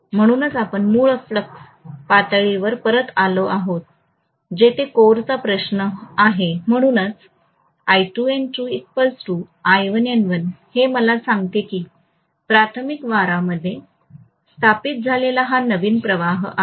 म्हणूनच आपण मूळ फ्लक्स पातळीवर परत आलो आहोत जिथे कोर चा प्रश्न आहे म्हणूनच हे मला सांगते की प्राथमिक वारामध्ये स्थापित झालेला हा नवीन प्रवाह आहे